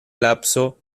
lapso